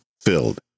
filled